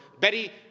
Betty